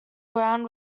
ground